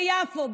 ביפו,